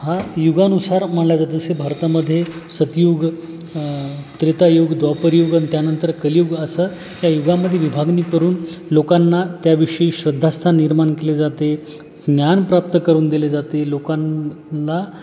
हा युगानुसार मानला जात असे भारतामध्ये सतयुग त्रेतायुग द्वापारयुग आणि त्यानंतर कलियुग असं त्या युगामध्ये विभागणी करून लोकांना त्या विषयी श्रद्धास्थान निर्माण केले जाते ज्ञान प्राप्त करून दिले जाते लोकांना